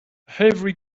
every